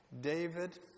David